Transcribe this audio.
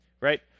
right